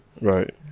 right